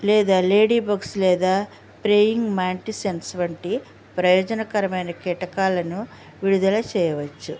లేదా ladybugs లేదా praying mantises వంటి ప్రయోజనకరమైన కీటకాలను విడుదల చేయవచ్చు